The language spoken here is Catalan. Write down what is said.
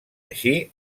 així